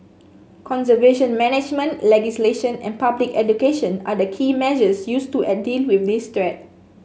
conservation management legislation and public education are the key measures used to a deal with this threat